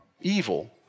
evil